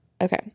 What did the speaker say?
Okay